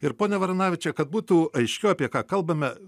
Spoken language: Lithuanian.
ir pone varanaviče kad būtų aiškiau apie ką kalbame